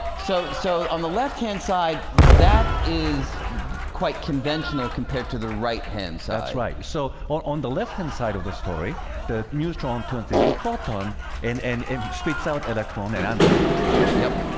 so so on the left-hand side that is quite conventional compared to the right hands. that's right. so on on the left-hand side of the story the neutron turns into a proton and and spits out electron and antineutrino. yep,